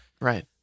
Right